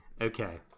Okay